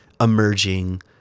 emerging